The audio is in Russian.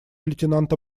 лейтенанта